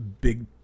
big